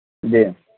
جی